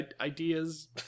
ideas